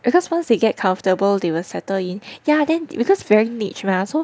because once they get comfortable they will settle in ya then because very niche mah so